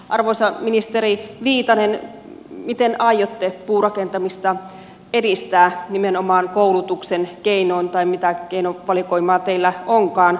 arvoisa ministeri viitanen miten aiotte puurakentamista edistää nimenomaan koulutuksen keinoin tai mitä keinovalikoimaa teillä onkaan